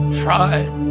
tried